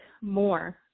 more